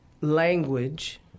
Language